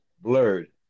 blurred